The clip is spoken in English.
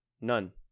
none